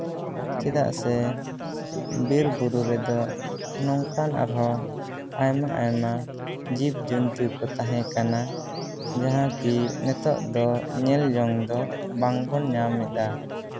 ᱪᱮᱫᱟᱜ ᱥᱮ ᱵᱤᱨᱼᱵᱩᱨᱩ ᱨᱮᱫᱚ ᱱᱚᱝᱠᱟᱱ ᱟᱨᱦᱚᱸ ᱟᱭᱢᱟ ᱟᱭᱢᱟ ᱡᱤᱵᱽᱼᱡᱚᱱᱛᱩ ᱠᱚ ᱛᱟᱦᱮᱸ ᱠᱟᱱᱟ ᱡᱟᱦᱟᱸ ᱠᱤ ᱱᱤᱛᱚᱜ ᱫᱚ ᱧᱮᱞ ᱡᱚᱝ ᱫᱚ ᱵᱟᱝᱵᱚᱱ ᱧᱟᱢ ᱮᱫᱟ